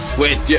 wait